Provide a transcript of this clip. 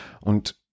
Und